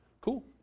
Cool